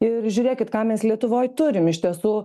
ir žiūrėkit ką mes lietuvoj turim iš tiesų